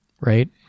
right